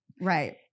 right